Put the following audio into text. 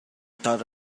thought